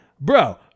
bro